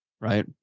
right